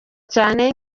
cyane